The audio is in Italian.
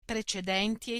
precedenti